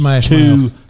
two